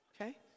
okay